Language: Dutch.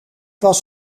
was